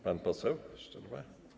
Pan poseł Szczerba?